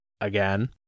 again